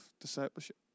discipleship